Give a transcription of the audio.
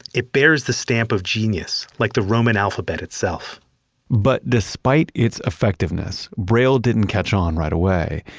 it bears the stamp of genius, like the roman alphabet itself but despite its effectiveness, braille didn't catch on right away.